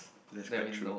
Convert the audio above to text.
that's quite true